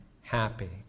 happy